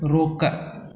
रोकु